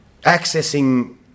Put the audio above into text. accessing